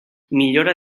millora